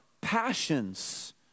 passions